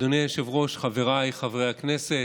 אדוני היושב-ראש, חבריי חבר הכנסת,